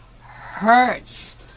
hurts